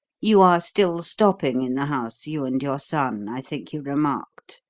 you are still stopping in the house, you and your son, i think you remarked?